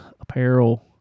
Apparel